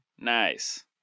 nice